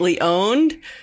owned